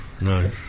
no